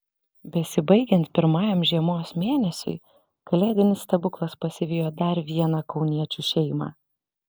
besibaigiant pirmajam žiemos mėnesiui kalėdinis stebuklas pasivijo dar vieną kauniečių šeimą